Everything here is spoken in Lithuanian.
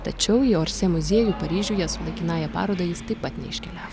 tačiau į orsė muziejų paryžiuje su laikinąja paroda jis taip pat neiškelia